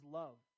love